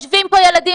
סבבה לגמרי,